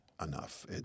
enough